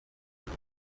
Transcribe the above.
dore